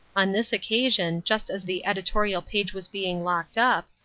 on this occasion, just as the editorial page was being locked up,